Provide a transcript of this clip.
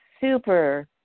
super